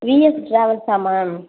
vs ட்ராவல்ஸா ma'am